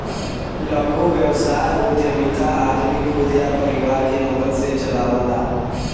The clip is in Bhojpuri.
लघु व्यवसाय उद्यमिता आदमी खुद या परिवार के मदद से चलावला